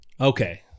Okay